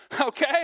okay